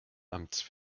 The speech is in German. amts